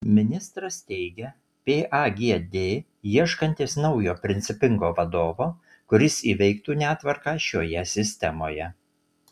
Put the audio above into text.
ministras teigia pagd ieškantis naujo principingo vadovo kuris įveiktų netvarką šioje sistemoje